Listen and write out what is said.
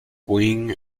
wing